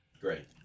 Great